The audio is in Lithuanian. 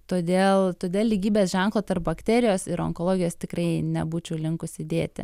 todėl todėl lygybės ženklo tarp bakterijos ir onkologijos tikrai nebūčiau linkusi dėti